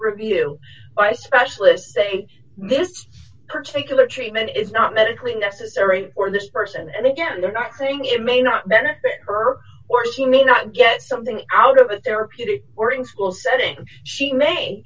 review specialists say this particular treatment is not medically necessary for this person and again they're not saying it may not benefit her or she may not get something out of a therapeutic boarding school setting she may